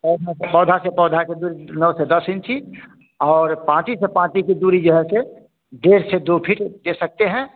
पौधे से पौधे से पौधे के दूरी नौ से दस इंची और पाती से पाती की दूरी जो है सो डेढ़ से दो फीट दे सकते हैं